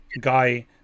guy